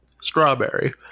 Strawberry